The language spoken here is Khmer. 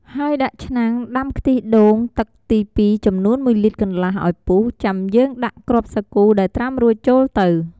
ហើយដាក់ឆ្នាំងដាំខ្ទិះដូងទឹកទីពីរចំនូន១លីត្រកន្លះឱ្យពុះ ចាំយើងដាក់គ្រាប់សាគូដែលត្រាំរួចចូលទៅ។